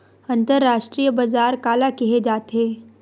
अंतरराष्ट्रीय बजार काला कहे जाथे?